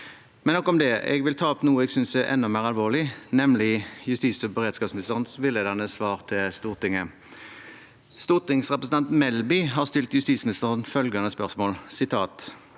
Nok om det. Jeg vil ta opp noe jeg synes er enda mer alvorlig, nemlig justis- og beredskapsministerens villedende svar til Stortinget. Stortingsrepresentant Melby stilte justisministeren følgende spørsmål: «Kan